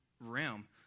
realm